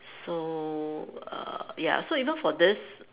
so err ya even for this